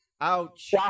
Ouch